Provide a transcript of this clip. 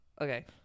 Okay